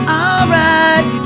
alright